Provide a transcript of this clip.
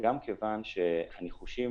וגם מכיוון שהניחושים